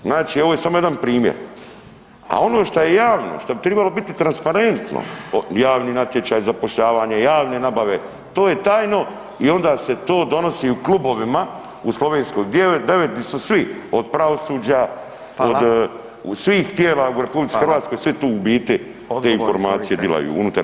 Znači, ovo je samo jedan primjer, a ono što je javno, što bi tribalo biti transparentno, javni natječaj, zapošljavanje, javne nabave, to je tajno i onda se to donosi u klubovima u Slovenskoj 9 di su svi, od pravosuđa, od [[Upadica: Hvala.]] od svih tijela u RH [[Upadica: Hvala.]] sve to u biti te informaciju dilaju unutar